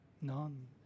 None